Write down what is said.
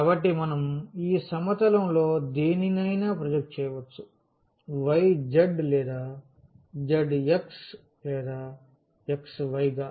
కాబట్టి మనం ఈ సమతలంలో దేనినైనా ప్రొజెక్ట్ చేయవచ్చు yz లేదా zx లేదా xy గా